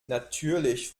natürlich